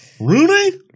Rooney